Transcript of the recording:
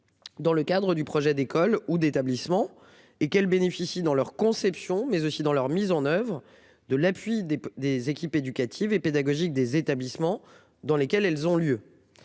Dans le cadre du projet d'école ou d'établissement et qu'elles bénéficient, dans leur conception, mais aussi dans leur mise en oeuvre de l'appui des des équipes éducatives et pédagogiques des établissements dans lesquels elles ont lieu.